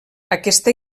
aquesta